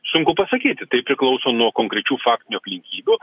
sunku pasakyti tai priklauso nuo konkrečių faktinių aplinkybių